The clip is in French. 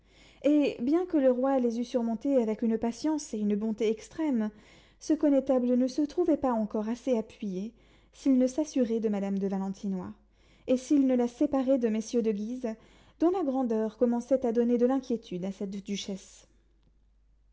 et bien que le roi les eût surmontés avec une patience et une bonté extrême ce connétable ne se trouvait pas encore assez appuyé s'il ne s'assurait de madame de valentinois et s'il ne la séparait de messieurs de guise dont la grandeur commençait à donner de l'inquiétude à cette duchesse